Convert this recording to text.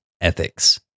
ethics